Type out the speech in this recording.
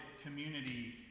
community